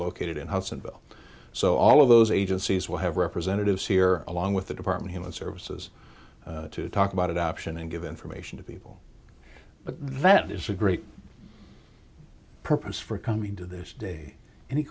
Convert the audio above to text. located in house and so all of those agencies will have representatives here along with the department human services to talk about adoption and give information to people but that is a great purpose for coming to this day an